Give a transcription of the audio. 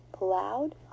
loud